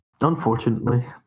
Unfortunately